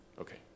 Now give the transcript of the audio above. Okay